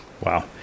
wow